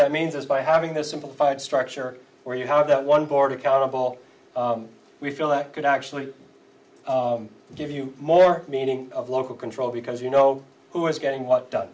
that means is by having this simple fight structure where you have that one board accountable we feel that could actually give you more meaning of local control because you know who is getting what